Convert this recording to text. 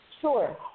Sure